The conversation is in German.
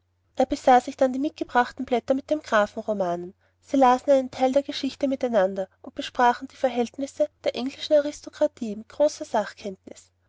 besah sich dann die mitgebrachten blätter mit dem grafenroman sie lasen einen teil der geschichte miteinander und besprachen die verhältnisse der englischen aristokratie mit großer sachkenntnis